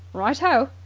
right ho!